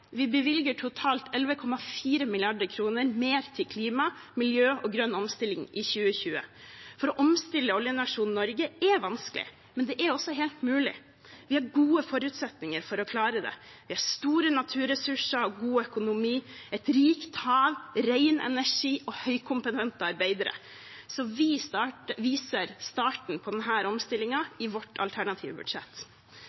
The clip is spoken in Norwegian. Vi bevilger totalt 11,4 mrd. kr mer til klima, miljø og grønn omstilling i 2020, for å omstille oljenasjonen Norge er vanskelig, men det er også fullt mulig. Vi har gode forutsetninger for å klare det. Vi har store naturressurser og god økonomi, et rikt hav, ren energi og høykompetente arbeidere, så vi viser starten på